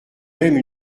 même